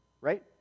right